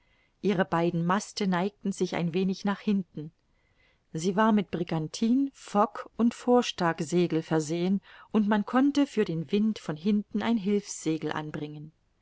ihre beiden maste neigten sich ein wenig nach hinten sie war mit brigantin fock und vorstagsegel versehen und man konnte für den wind von hinten ein hilfssegel anbringen